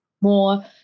more